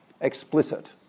explicit